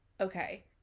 Okay